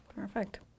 Perfect